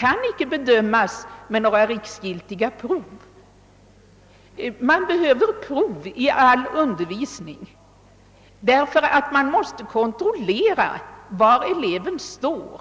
kan icke bedömas genom några riksgiltiga prov. Man behöver prov i all undervisning därför att man måste kontrollera var eleven står.